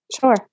Sure